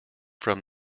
from